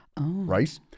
Right